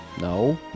no